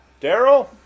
Daryl